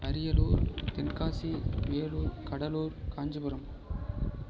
Ariyalur Tenkasi Vellore Cuddalore Kanchipuram